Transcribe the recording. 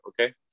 okay